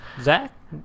zach